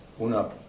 Una